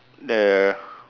the